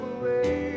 away